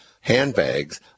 handbags